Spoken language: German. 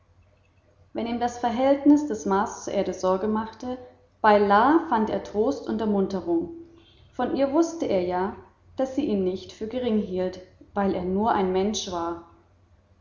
wenn ihm das verhältnis des mars zur erde sorge machte bei la fand er trost und ermunterung von ihr wußte er ja daß sie ihn nicht für gering hielt weil er nur ein mensch war